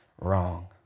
wrong